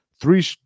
Three